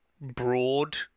broad